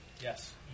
yes